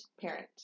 parent